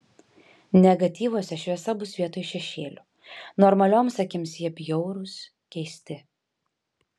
negatyvuose šviesa bus vietoj šešėlių normalioms akims jie bjaurūs keisti